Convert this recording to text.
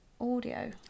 audio